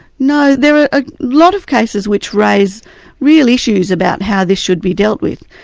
no, there are a lot of cases which raise real issues about how this should be dealt with.